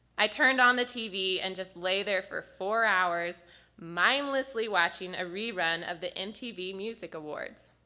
i turned on the tv and just laid there for four hours mindlessly watching a rerun of the mtv music awards.